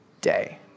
day